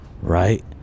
right